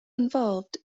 involved